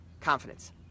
confidence